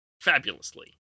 fabulously